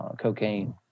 cocaine